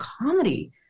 comedy